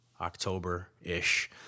October-ish